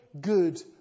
good